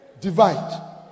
divide